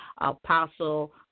Apostle